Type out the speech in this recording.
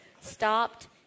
stopped